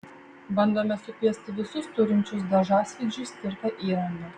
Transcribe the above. bandome sukviesti visus turinčius dažasvydžiui skirtą įrangą